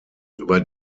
über